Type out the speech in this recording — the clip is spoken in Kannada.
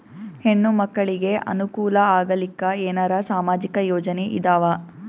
ಹೆಣ್ಣು ಮಕ್ಕಳಿಗೆ ಅನುಕೂಲ ಆಗಲಿಕ್ಕ ಏನರ ಸಾಮಾಜಿಕ ಯೋಜನೆ ಇದಾವ?